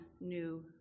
new